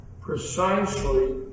precisely